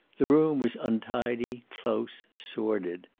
the room was untidy, close, sordid.